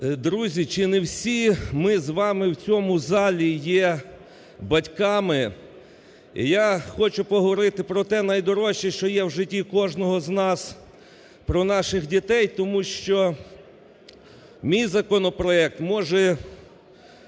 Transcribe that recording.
Друзі, чи не всі ми з вами в цьому залі є батьками. Я хочу поговорити про те найдорожче, що є в житті кожного з нас, про наших дітей, тому що мій законопроект може